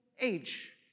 age